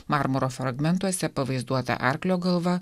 marmuro fragmentuose pavaizduota arklio galva